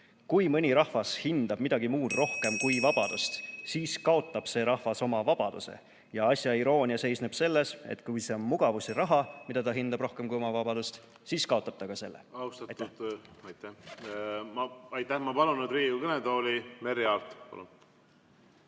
"Kui mõni rahvas hindab midagi muud rohkem kui vabadust, siis kaotab see rahvas oma vabaduse, ja asja iroonia seisneb selles, et kui see on mugavus ja raha, mida ta hindab rohkem kui oma vabadust, siis kaotab ta ka selle." Aitäh! Aitäh! Ma palun nüüd Riigikogu kõnetooli Merry Aarti.